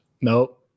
Nope